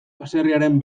baserriaren